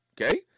okay